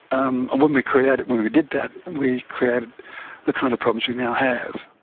um when we created when we we did that, we created the kind of problems we now have.